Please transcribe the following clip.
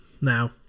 now